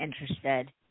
interested